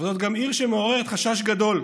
אבל זאת גם עיר שמעוררת חשש גדול,